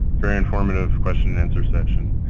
very informative question and answer session.